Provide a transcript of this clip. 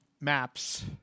maps